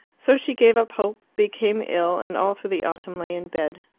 so she gave up hope, became ill, and all through the autumn lay in bed.